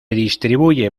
distribuye